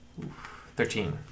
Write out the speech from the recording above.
Thirteen